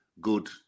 good